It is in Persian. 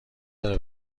داره